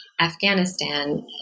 Afghanistan